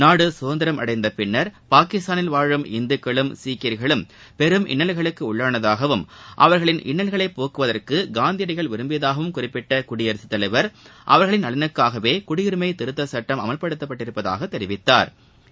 நாடு சுதந்திரம் அடைந்த பின்னா் பாகிஸ்தானில் வாழும் இந்துக்களும் சீக்கியர்களும் பெரும் இன்னல்களுக்கு உள்ளானதாகவும் அவர்களின் இன்னலை போக்குவதற்கு காந்தியடிகள் விரும்பியதாகவும் குறிப்பிட்ட குடியரசுத் தலைவா் அவா்களின் நலனுக்காகவே குடியுரிமை திருத்தச் சுட்டம் அமல்படுத்தப்பட்டதாகத் தெரிவித்தாா்